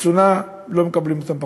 לקצונה לא מקבלים אותם,